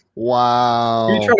wow